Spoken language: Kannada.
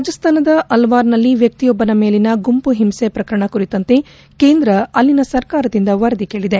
ರಾಜಸ್ತಾನದ ಅಲವಾರ್ ನಲ್ಲಿ ವ್ಯಕ್ತಿಯೊಬ್ಲನ ಮೇಲಿನ ಗುಂಪುಹಿಂಸೆ ಪ್ರಕರಣ ಕುರಿತಂತೆ ಕೇಂದ್ರ ಅಲ್ಲಿನ ಸರ್ಕಾರದಿಂದ ವರದಿ ಕೇಳಿದೆ